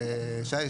שי,